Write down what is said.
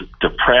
depressed